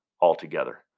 altogether